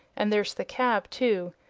and there's the cab too.